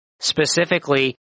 specifically